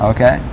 Okay